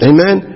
Amen